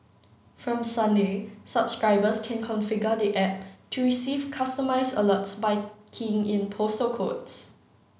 from Sunday subscribers can configure the app to receive customized alerts by keying in postal codes